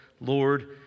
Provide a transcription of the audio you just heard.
Lord